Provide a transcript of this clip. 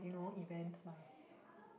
cause like you know events mah